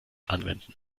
anwenden